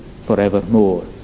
forevermore